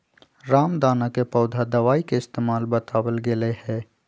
रामदाना के पौधा दवाई के इस्तेमाल बतावल गैले है